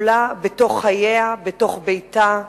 כבולה בתוך חייה, בתוך ביתה,